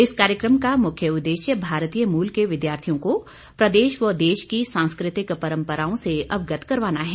इस कार्यक्रम का मुख्य उद्देश्य भारतीय मूल के विद्यार्थियों को प्रदेश व देश की सांस्कृतिक परम्पराओं से अवगत करवाना है